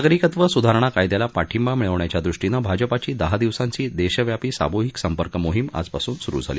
नागरिकत्व सुधारणा कायद्याला पाठिंबा मिळवण्याच्या दृष्टीनं भाजपाची दहा दिवसांची देशव्यापी सामूहिक संपर्क मोहीम आजपासून सुरू झाली